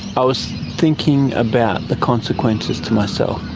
i was thinking about the consequences to myself.